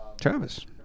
Travis